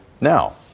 now